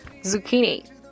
zucchini